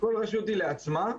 כל רשות היא לעצמה,